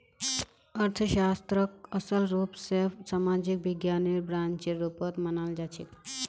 अर्थशास्त्रक असल रूप स सामाजिक विज्ञानेर ब्रांचेर रुपत मनाल जाछेक